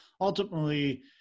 ultimately